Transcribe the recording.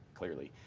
clearly,